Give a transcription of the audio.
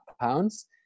pounds